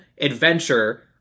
adventure